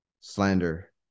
slander